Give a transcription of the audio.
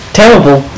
terrible